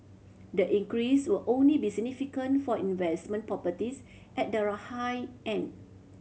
the increase will only be significant for investment properties at the high end